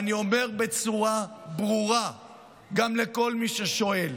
אני אומר בצורה ברורה גם לכל מי ששואל,